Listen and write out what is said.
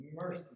mercy